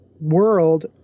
world